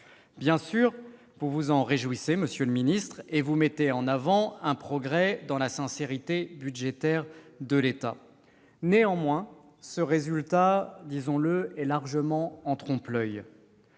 Bien sûr, vous vous en réjouissez, monsieur le secrétaire d'État, et vous mettez en avant un progrès dans la sincérité budgétaire de l'État. Néanmoins, ce résultat est largement en trompe-l'oeil.